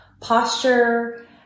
posture